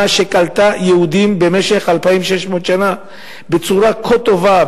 שקלטה יהודים במשך 2,600 שנה בצורה כה טובה,